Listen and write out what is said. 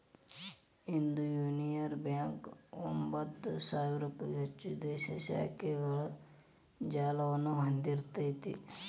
ಇಂದು Union Bank ಒಂಭತ್ತು ಸಾವಿರಕ್ಕೂ ಹೆಚ್ಚು ದೇಶೇ ಶಾಖೆಗಳ ಜಾಲವನ್ನ ಹೊಂದಿಇರ್ತೆತಿ